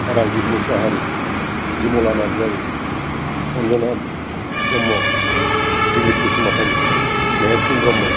Rajib Mosahary Bimala Narzary Anjana Brahma Dilip Basumatary Mehersing Brahma